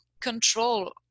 control